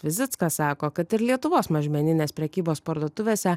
vizickas sako kad ir lietuvos mažmeninės prekybos parduotuvėse